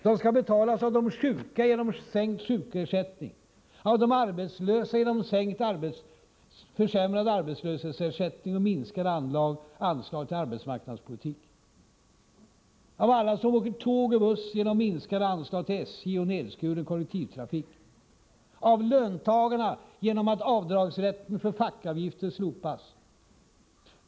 De skall betalas av de sjuka genom sänkt sjukersättning, av de arbetslösa genom försämrad arbetslöshetsersättning och minskade anslag till arbetsmarknadspolitiken, av alla som åker tåg och buss genom minskade anslag till SJ och nedskuren kollektivtrafik, av löntagarna genom att rätten till avdrag för fackföreningsavgifter slopas.